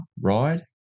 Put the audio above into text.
ride